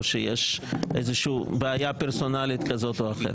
או יש בעיה פרסונלית כזאת או אחרת.